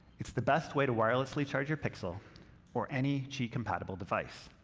it's the best way to wirelessly charge your pixel or any qi-compatible device.